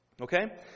Okay